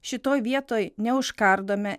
šitoj vietoj neužkardome